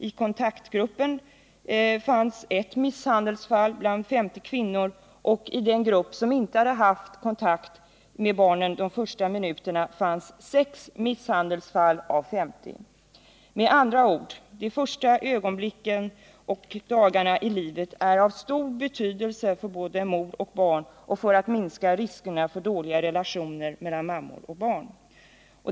I kontaktgruppen fanns ett misshandelsfall bland 50 kvinnor, och i den grupp där mammorna inte haft kontakt med barnen under deras första minuter fanns sex misshandelsfall av 50. Med andra ord är barnets första ögonblick och dagar i livet av stor betydelse för både mor och barn för att minska riskerna för dåliga relationer emellan dem.